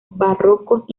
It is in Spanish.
barrocos